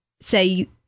say